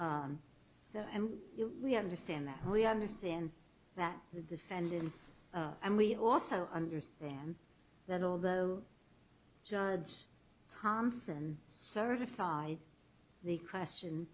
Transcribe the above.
so and we understand that we understand that the defendants and we also understand that although judge thompson served five the question